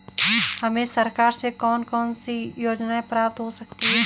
हमें सरकार से कौन कौनसी योजनाएँ प्राप्त हो सकती हैं?